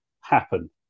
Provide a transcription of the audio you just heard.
happen